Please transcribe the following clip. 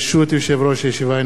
ברשות יושב-ראש הישיבה,